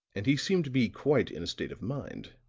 and he seemed to be quite in a state of mind.